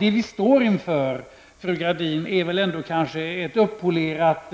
Vad vi står inför, fru Gradin, är väl ett uppolerat